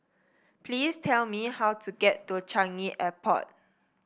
please tell me how to get to Changi Airport